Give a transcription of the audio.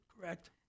Correct